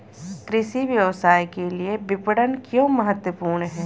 कृषि व्यवसाय के लिए विपणन क्यों महत्वपूर्ण है?